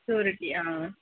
ஸ்யூரிட்டியா